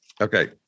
Okay